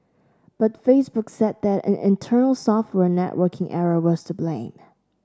but Facebook said that an internal software networking error was to blame